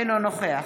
אינו נוכח